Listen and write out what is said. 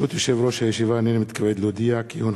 בעד, 9, אין מתנגדים ואין